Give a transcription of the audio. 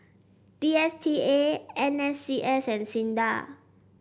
D S T A N S C S and SINDA